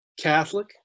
Catholic